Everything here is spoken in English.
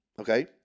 okay